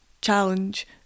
challenge